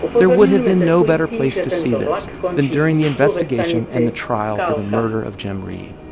there would have been no better place to see this than during the investigation and the trial for the murder of jim reeb.